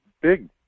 big